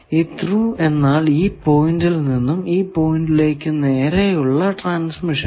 ഈ ത്രൂ എന്നാൽ ഈ പോയിന്റിൽ നിന്നും ഈ പോയിന്റിലേക്കു നേരെ ഉള്ള ട്രാൻസ്മിഷൻ